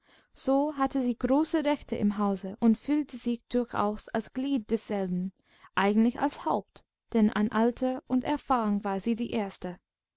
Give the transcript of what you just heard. so hatte sie große rechte im hause und fühlte sich durchaus als glied desselben eigentlich als haupt denn an alter und erfahrung war sie die erste